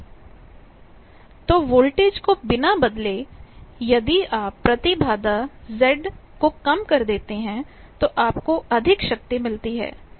P V2Z तो voltage को बिना बदले यदि आप प्रतिबाधा को कम कर देते हैं तो आपको अधिक शक्ति मिलती है